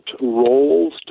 roles